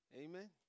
Amen